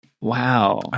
Wow